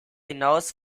hinaus